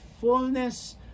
fullness